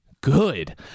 good